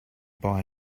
buy